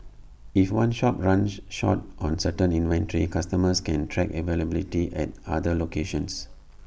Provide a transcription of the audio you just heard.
if one shop runs short on certain inventory customers can track availability at other locations